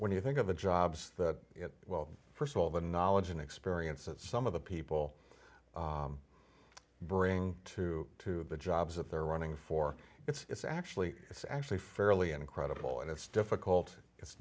when you think of the jobs that well first of all the knowledge and experience that some of the people bring to to the jobs that they're running for it's actually it's actually fairly incredible and it's difficult it's